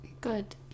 good